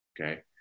okay